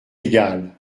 égal